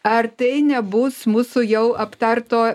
ar tai nebus mūsų jau aptarto